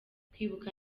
kwibuka